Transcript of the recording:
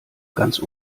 ganz